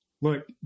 look